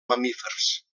mamífers